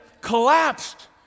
collapsed